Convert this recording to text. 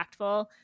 impactful